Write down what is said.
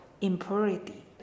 impurity